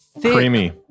creamy